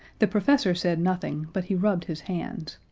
the professor said nothing, but he rubbed his hands.